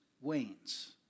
wanes